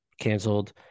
canceled